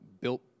built